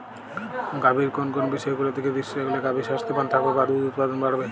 গাভীর কোন কোন বিষয়গুলোর দিকে দৃষ্টি রাখলে গাভী স্বাস্থ্যবান থাকবে বা দুধ উৎপাদন বাড়বে?